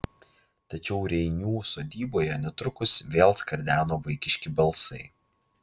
tačiau reinių sodyboje netrukus vėl skardeno vaikiški balsai